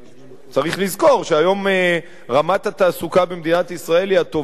צריך לזכור שהיום רמת התעסוקה במדינת ישראל היא הטובה ביותר,